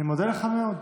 אני מודה לך מאוד.